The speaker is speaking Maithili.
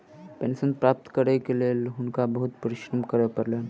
पेंशन प्राप्त करैक लेल हुनका बहुत परिश्रम करय पड़लैन